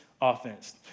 offense